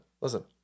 listen